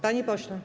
Panie pośle.